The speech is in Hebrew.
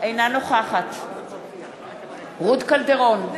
אינה נוכחת רות קלדרון,